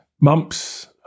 mumps